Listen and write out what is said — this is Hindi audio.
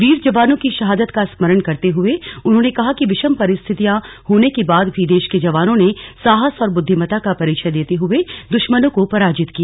वीर जवानों की शहादत का स्मरण करते हुए उन्होंने कहा कि विषम परिस्थितियां होने के बाद भी देश के जवानों ने साहस और बुद्धिमता का परिचय देते हुए दुश्मनों को पराजित किया